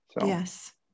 Yes